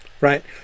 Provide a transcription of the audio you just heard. right